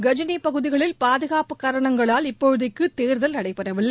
கஜினி பகுதிகளில் பாதுகாப்பு கராணங்களால் இப்போதைக்கு தேர்தல் நடைபெறவில்லை